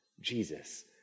Jesus